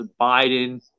Biden